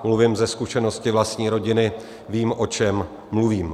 Mluvím ze zkušenosti vlastní rodiny, vím, o čem mluvím.